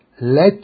Let